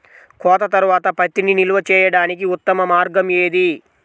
కోత తర్వాత పత్తిని నిల్వ చేయడానికి ఉత్తమ మార్గం ఏది?